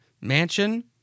mansion